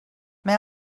may